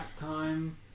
time